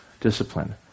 discipline